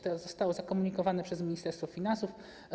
To zostało zakomunikowane przez Ministerstwo Finansów.